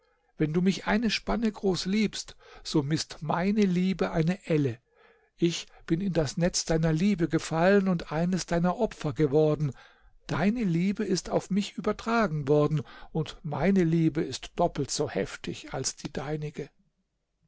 wenn du mich eine spanne groß liebst so mißt meine liebe eine elle ich bin in das netz deiner liebe gefallen und eines deiner opfer geworden deine liebe ist auf mich übertragen worden und meine liebe ist doppelt so heftig als die deinige